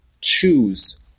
choose